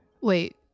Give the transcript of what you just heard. Wait